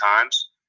times